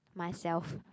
myself